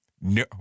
No